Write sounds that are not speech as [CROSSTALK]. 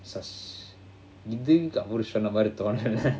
sus~ இதுஅவருசொன்னமாதிரிதோணல:idhu avaru sonna madiri dhonala [LAUGHS]